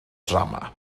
drama